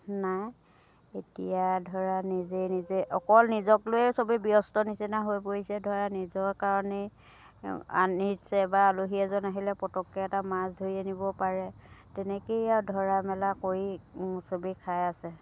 নাই এতিয়া ধৰা নিজে নিজে অকল নিজক লৈয়ে সবে ব্যস্ত নিচিনা হৈ পৰিছে ধৰা নিজৰ কাৰণেই আনিছে বা আলহী এজন আহিলে পতককৈ এটা মাছ ধৰি আনিব পাৰে তেনেকৈয়ে আৰু ধৰা মেলা কৰি সবে খাই আছে